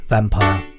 Vampire